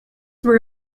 were